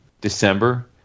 December